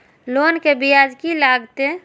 Loan के ब्याज की लागते?